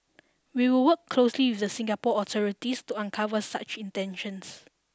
we will work closely with the Singapore authorities to uncover such intentions